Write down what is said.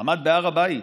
מעמד בהר הבית,